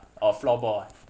or floorball ah